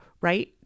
right